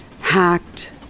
hacked